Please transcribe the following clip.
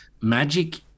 magic